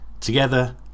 together